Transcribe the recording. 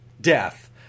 death